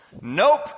Nope